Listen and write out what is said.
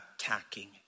attacking